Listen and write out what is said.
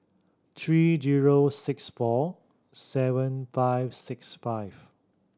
three zero six four seven five six five